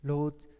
Lord